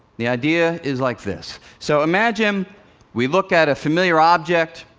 the idea is like this. so, imagine we look at a familiar object,